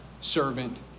servant